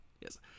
Yes